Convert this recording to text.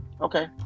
Okay